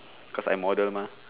because I model mah